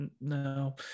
no